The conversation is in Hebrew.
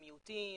מיעוטים,